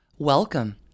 Welcome